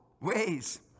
ways